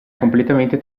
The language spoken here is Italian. completamente